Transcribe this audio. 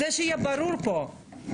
שיהיה ברור פה,